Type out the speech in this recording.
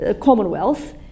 Commonwealth